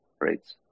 rates